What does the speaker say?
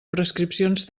prescripcions